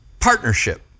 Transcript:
Partnership